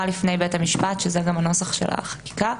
לפני בית המשפט; זה גם הנוסח של החקיקה.